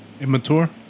Immature